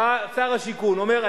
בא שר השיכון ואומר,